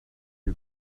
you